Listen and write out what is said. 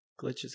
Glitches